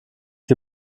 die